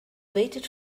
waited